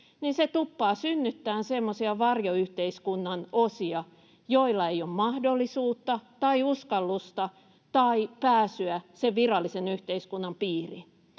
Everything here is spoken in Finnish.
muut, tuppaa synnyttämään semmoisia varjoyhteiskunnan osia, joilla ei ole mahdollisuutta tai uskallusta tai pääsyä sen virallisen yhteiskunnan piiriin.